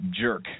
jerk